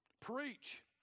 preach